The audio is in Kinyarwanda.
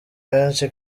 benshi